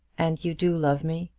and you do love me?